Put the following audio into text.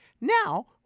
now